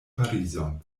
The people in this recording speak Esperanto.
parizon